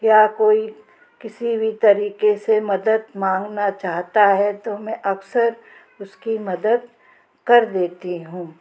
या कोई किसी भी तरीक़े से मदद मांगना चाहता है तो मैं अक्सर उसकी मदद कर देती हूँ